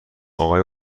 آقای